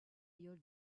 your